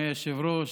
השר,